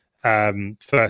First